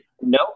No